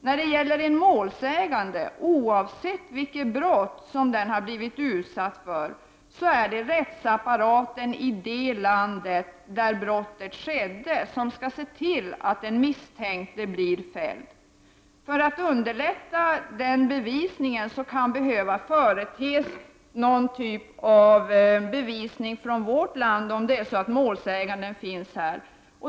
När det gäller en målsägande, oavsett vilket brott denne har blivit utsatt för, är det rättsapparaten i landet där brottet skedde som skall se till att den brottslige blir fälld. För att underlätta bevisningen kan behöva företes någon typ av bevisning från vårt land, om målsäganden finns här.